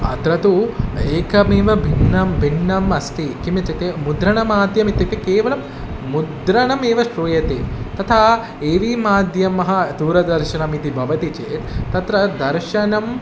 अत्र तु एकमेव भिन्नं भिन्नम् अस्ति किम् इत्युक्ते मुद्रणमाध्यमम् इत्युक्ते केवलं मुद्रणमेव श्रूयते तथा ए वि माध्यमः दूरदर्शनम् इति भवति चेत् तत्र दर्शनम्